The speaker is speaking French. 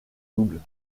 double